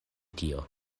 tio